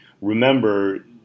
Remember